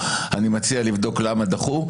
אני מציע לבדוק למה דחו,